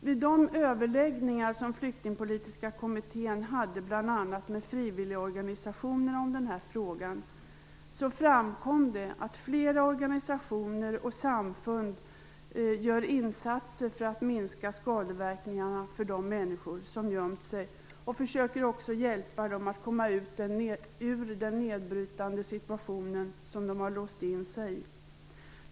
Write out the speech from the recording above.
Vid de överläggningar som Flyktingpolitiska kommittén hade bl.a. med frivilligorganisationerna om den här frågan framkom det att flera organisationer och samfund gör insatser för att minska skadeverkningarna för de människor som gömt sig och försöker också att hjälpa dem att komma ur den nedbrytande situation som de låst sig i.